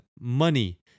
money